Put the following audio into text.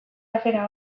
afera